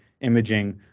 imaging